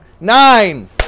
Nine